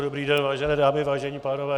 Dobrý den, vážené dámy, vážení pánové.